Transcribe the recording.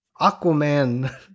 Aquaman